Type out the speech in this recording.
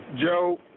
Joe